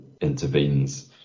intervenes